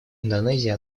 индонезии